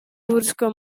buruzko